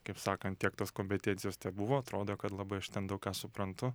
kaip sakant tiek tos kompetencijos tebuvo atrodo kad labai aš ten daug ką suprantu